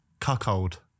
Cuckold